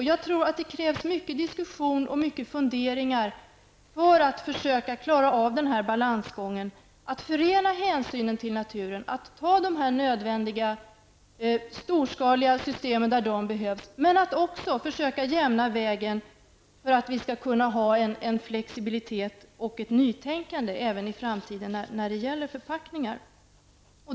Jag tror att krävs mycket av diskussion och funderingar för att vi skall klara av balansgången mellan hänsynen till naturen och nödvändiga storskaliga system, där sådana behövs. Men det gäller också att försöka jämna vägen för en flexibilitet och ett nytänkande i framtiden när det gäller förpackningar.